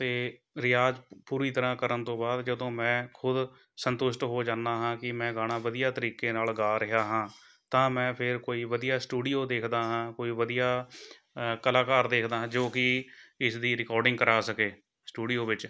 ਅਤੇ ਰਿਆਜ਼ ਪੂਰੀ ਤਰ੍ਹਾਂ ਕਰਨ ਤੋਂ ਬਾਅਦ ਜਦੋਂ ਮੈਂ ਖੁਦ ਸੰਤੁਸ਼ਟ ਹੋ ਜਾਨਾ ਹਾਂ ਕਿ ਮੈਂ ਗਾਣਾ ਵਧੀਆ ਤਰੀਕੇ ਨਾਲ਼ ਗਾ ਰਿਹਾ ਹਾਂ ਤਾਂ ਮੈਂ ਫਿਰ ਕੋਈ ਵਧੀਆ ਸਟੂਡੀਓ ਦੇਖਦਾ ਹਾਂ ਕੋਈ ਵਧੀਆ ਕਲਾਕਾਰ ਦੇਖਦਾ ਜੋ ਕਿ ਇਸ ਦੀ ਰਿਕੋਡਿੰਗ ਕਰਾ ਸਕੇ ਸਟੂਡੀਓ ਵਿੱਚ